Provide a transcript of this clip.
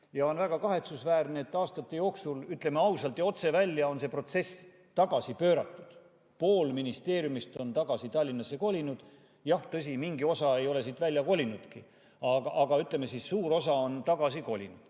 ja on väga kahetsusväärne, et aastate jooksul, ütleme ausalt ja otse välja, on see protsess tagasi pööratud: pool ministeeriumist on tagasi Tallinnasse kolinud. Jah, tõsi, mingi osa ei ole siit välja kolinudki, aga, ütleme siis, suur osa on tagasi kolinud.